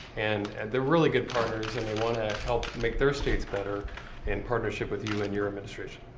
and they're really good partners, and they want to help make their states better in partnership with you and your administration.